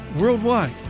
worldwide